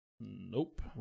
Nope